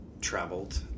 traveled